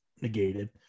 negated